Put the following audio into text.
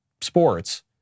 sports